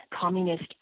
communist